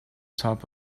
top